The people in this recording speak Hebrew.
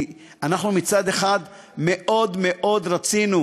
כי אנחנו מצד אחד מאוד מאוד רצינו,